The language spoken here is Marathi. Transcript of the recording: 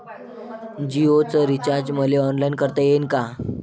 जीओच रिचार्ज मले ऑनलाईन करता येईन का?